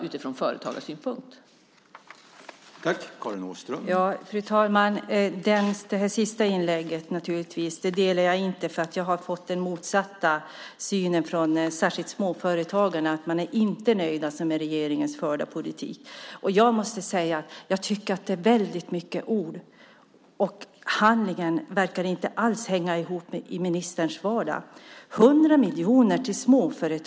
Det är de reaktioner som vi får.